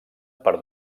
per